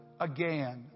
Again